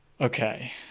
Okay